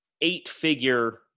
eight-figure